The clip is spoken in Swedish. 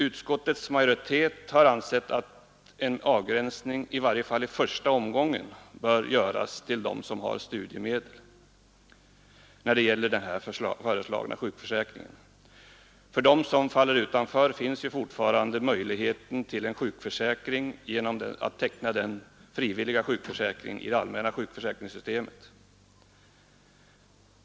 Utskottets majoritet har ansett att en avgränsning när det gäller den föreslagna sjukförsäkringen, i varje fall i första omgången, bör göras till dem som har studiemedel. För dem som faller utanför den finns fortfarande möjligheten till en sjukförsäkring genom att teckna den frivilliga sjukförsäkringen i det allmänna sjukförsäkringssystemet.